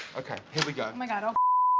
okay. here we go. oh my god, oh